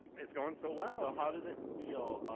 it's going so well. so how did it feel,